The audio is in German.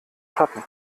schatten